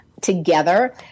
together